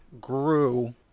grew